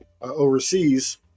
overseas